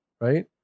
right